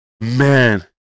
man